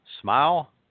smile